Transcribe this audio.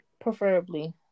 Preferably